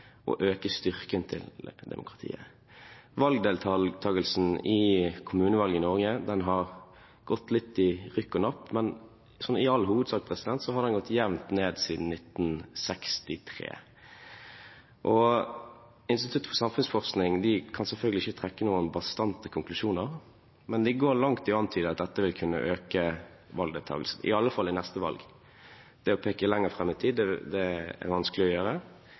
og å øke styrken til demokratiet. Valgdeltakelsen i kommunevalg i Norge har gått litt i rykk og napp, men sånn i all hovedsak har den gått jevnt ned siden 1963. Institutt for samfunnsforskning kan selvfølgelig ikke trekke noen bastante konklusjoner, men de går langt i å antyde at dette vil kunne øke valgdeltakelsen, i alle fall i neste valg. Det å peke lenger fram i tid, det er vanskelig å gjøre,